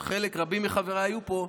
ורבים מחבריי היו פה,